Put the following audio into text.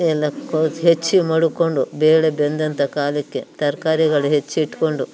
ಎಲ್ಲ ಕೋ ಹೆಚ್ಚಿ ಮಡುಕೊಂಡು ಬೇಳೆ ಬೆಂದಂಥ ಕಾಲಕ್ಕೆ ತರ್ಕಾರಿಗಳು ಹೆಚ್ಚಿ ಇಟ್ಕೊಂಡು